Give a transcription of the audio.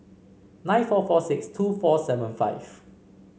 nine four four six two four seven five